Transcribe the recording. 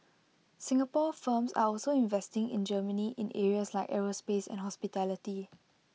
Singapore firms are also investing in Germany in areas like aerospace and hospitality